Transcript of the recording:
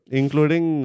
including